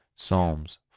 Psalms